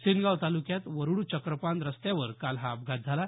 सेनगाव तालुक्यात वरुड चक्रपान रस्त्यावर काल हा अपघात झाला